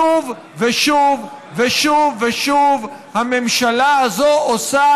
שוב ושוב ושוב ושוב הממשלה הזו עושה